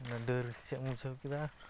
ᱚᱱᱟ ᱰᱟᱹᱨ ᱪᱮᱫᱮᱢ ᱵᱩᱡᱷᱟᱹᱣ ᱠᱮᱫᱟ